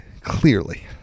Clearly